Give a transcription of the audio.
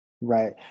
Right